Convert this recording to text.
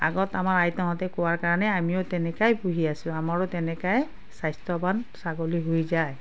আগত আমাৰ আইতাহঁতে কোৱাৰ কাৰণে আমিও তেনেকুৱাই পুহি আছোঁ আমাৰো তেনেকুৱাই স্বাস্থ্যৱান ছাগলী হৈ যায়